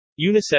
UNICEF